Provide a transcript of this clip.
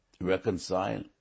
reconcile